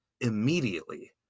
immediately